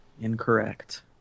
Incorrect